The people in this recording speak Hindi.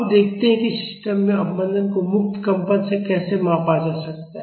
अब देखते हैं कि सिस्टम में अवमंदन को मुक्त कंपन से कैसे मापा जा सकता है